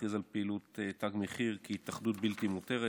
להכריז עם פעילות תג מחיר כהתאחדות בלתי מותרת.